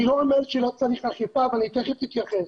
אני לא אומר שלא צריך אכיפה, ואני תיכף אתייחס.